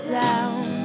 down